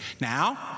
Now